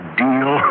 deal